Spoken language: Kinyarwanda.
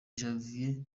javier